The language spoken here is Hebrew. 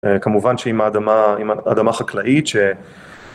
כמובן שאם האדמה חקלאית